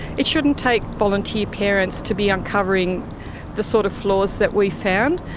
it shouldn't take volunteer parents to be uncovering the sort of flaws that we found,